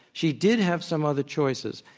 she did have some other choices.